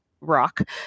rock